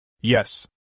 Yes